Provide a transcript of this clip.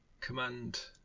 command